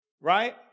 Right